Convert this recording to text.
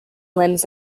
limbs